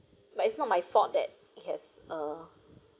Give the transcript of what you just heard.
but it's not my fault that it has a